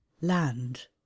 LAND